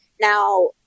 Now